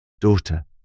Daughter